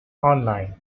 online